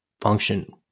function